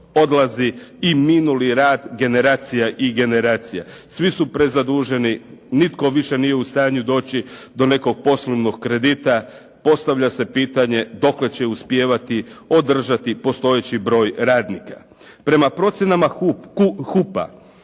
i minuli rad generacija i generacija. Svi su prezaduženi, nitko više nije u stanju doći do nekog poslovnog kredita, postavlja se pitanje dokle će uspijevati održati postojeći broj radnika. Prema procjenama HUP-a,